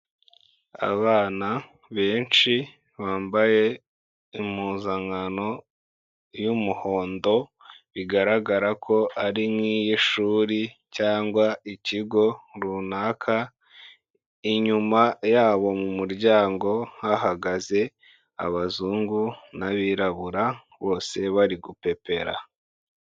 Abana benshi bambaye impuzankano y'umuhondo, bigaragara ko ari nk'iy'ishuri cyangwa ikigo runaka, inyuma yabo mu muryango hahagaze abazungu n'abirabura bose bari gupepera.